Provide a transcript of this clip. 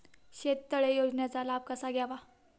शेततळे योजनेचा लाभ कसा घ्यावा?